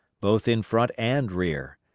both in front and rear.